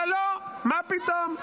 אבל לא, מה פתאום.